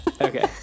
Okay